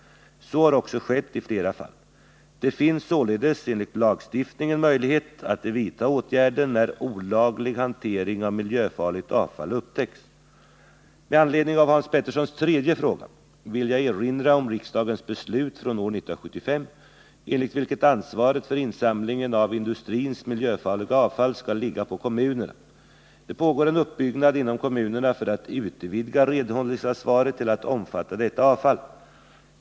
Så har också skett i flera fall. Det finns således enligt lagstiftningen möjlighet att vidta åtgärder när olaglig hantering av miljöfarligt avfall upptäcks. Med anledning av Hans Peterssons tredje fråga vill jag erinra om riksdagens beslut från år 1975 enligt vilket ansvaret för insamlingen av industrins miljöfarliga avfall skall ligga på kommunerna. Det pågår en uppbyggnad inom kommunerna för att utvidga renhållningsansvaret till att omfatta detta avfall.